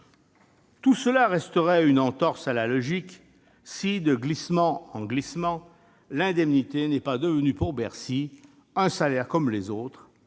Tout cela resterait une entorse à la logique si, de glissement en glissement, « l'indemnité » n'était pas devenue pour Bercy un salaire comme les autres,